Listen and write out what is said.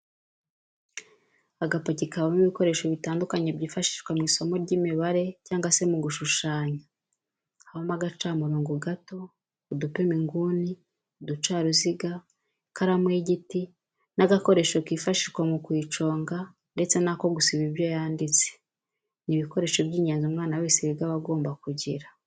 Agapaki kabamo ibikoresho bitandukanye byifashishwa mu isomo ry'imibare cyangwa se mu gushushanya habamo agacamurongo gato, udupima inguni, uducaruziga, ikaramu y'igiti n'agakoresho kifashishwa mu kuyiconga ndetse n'ako gusiba ibyo yanditse, ni ibikoresho by'ingenzi umwana wese wiga aba agomba kugira.